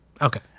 Okay